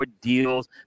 deals